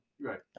Right